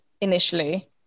initially